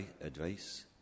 advice